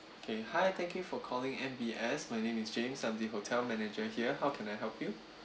okay hi thank you for calling M_B_S my name is james I'm the hotel manager here how can I help you